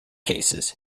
cases